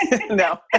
No